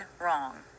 wrong